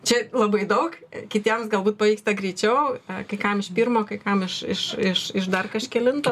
čia labai daug kitiems galbūt pavyksta greičiau kai kam iš pirmo kai kam iš iš iš iš dar kažkelinto